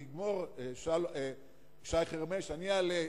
יגמור שי חרמש, אני אעלה.